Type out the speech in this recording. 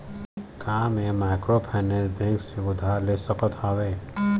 का मैं microfinance bank से उधार ले सकत हावे?